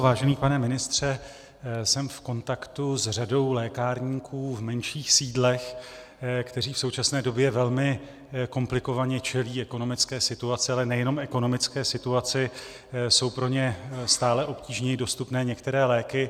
Vážený pane ministře, jsem v kontaktu s řadou lékárníků v menších sídlech, kteří v současné době velmi komplikovaně čelí ekonomické situaci, ale nejenom ekonomické situaci, jsou pro ně stále obtížněji dostupné některé léky.